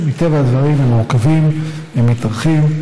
מטבע הדברים, הם מורכבים, מתארכים,